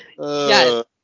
Yes